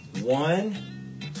one